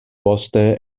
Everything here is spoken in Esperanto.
poste